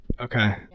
okay